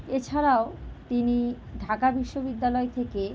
এছাড়াও তিনি ঢাকা বিশ্ববিদ্যালয় থেকে